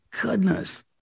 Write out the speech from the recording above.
goodness